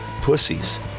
pussies